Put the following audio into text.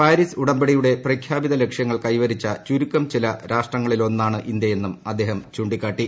Paris ഉടമ്പടിയുടെ പ്രഖ്യാപിത ലക്ഷ്യങ്ങൾ ക്കൈവരിച്ച ചുരുക്കം ചില രാഷ്ട്രങ്ങളിലൊന്നാണ് ഇന്ത്യയെന്നും ്അദ്ദേ്ഹം ചൂണ്ടിക്കാട്ടി